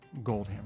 Goldhammer